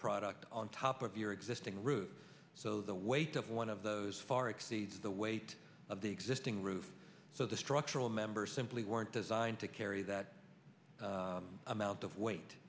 product on top of your existing roof so the weight of one of those far exceeds the weight of the existing roof so the structural members simply weren't designed to carry that amount of weight